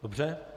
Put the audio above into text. Dobře.